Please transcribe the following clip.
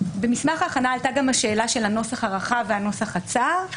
במסמך השאלה עלתה גם השאלה של הנוסח הרחק והנוסח הצר,